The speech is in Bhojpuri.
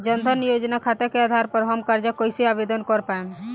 जन धन योजना खाता के आधार पर हम कर्जा कईसे आवेदन कर पाएम?